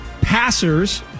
passers